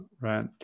Right